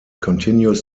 continues